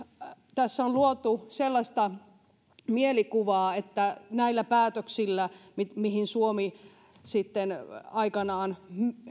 tässä on luotu sellaista mielikuvaa että näillä päätöksillä kun mietitään mihin suomi sitten aikanaan